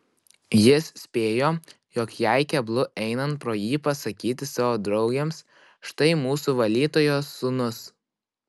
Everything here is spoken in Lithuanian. jis spėjo jog jai keblu einant pro jį pasakyti savo draugėms štai mūsų valytojos sūnus